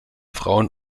frauen